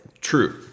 true